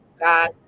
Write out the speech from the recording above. God